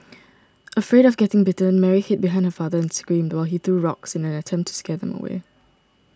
afraid of getting bitten Mary hid behind her father and screamed while he threw rocks in an attempt to scare them away